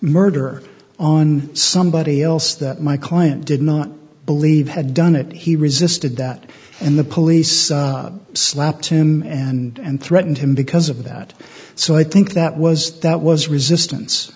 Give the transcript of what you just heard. murder on somebody else that my client did not believe had done it he resisted that and the police slapped him and threatened him because of that so i think that was that was resistance